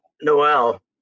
Noel